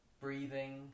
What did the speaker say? breathing